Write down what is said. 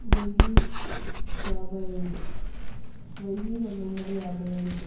వెయ్యి యాభై ఐదు వెయ్యి రెండు వందల యాభై ఐదు